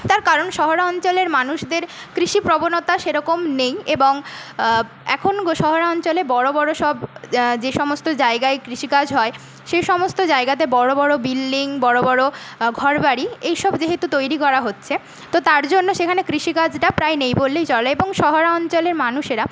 তার কারণ শহর অঞ্চলের মানুষদের কৃষি প্রবণতা সেরকম নেই এবং এখন শহর অঞ্চলে বড় বড় সব যে সমস্ত জায়গায় কৃষিকাজ হয় সেই সমস্ত জায়গাতে বড় বড় বিল্ডিং বড় বড় ঘরবাড়ি এইসব যেহেতু তৈরি করা হচ্ছে তো তার জন্য সেখানে কৃষিকাজটা প্রায় নেই বললেই চলে এবং শহর অঞ্চলের মানুষেরা